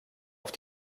auf